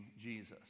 Jesus